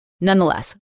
Nonetheless